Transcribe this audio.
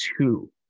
two